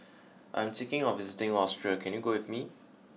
I am thinking of visiting Austria can you go with me